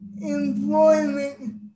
employment